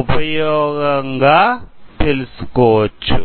ఉపయోగంగా తెలుసుకోవచ్చు